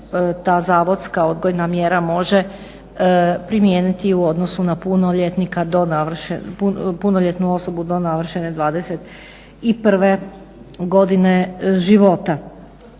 ta zavodska odgojna mjera može primijeniti i u odnosu na punoljetnu osobu do navršene 21 godine života.